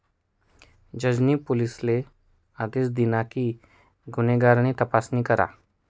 जज नी पोलिसले आदेश दिना कि गुन्हेगार नी तपासणी करा